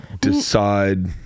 decide